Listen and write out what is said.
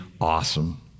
awesome